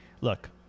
Look